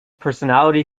personality